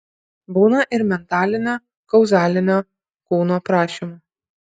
būna ir mentalinio kauzalinio kūnų aprašymų